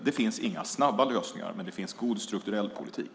Det finns inga snabba lösningar, men det finns en god strukturell politik.